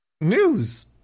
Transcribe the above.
News